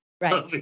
Right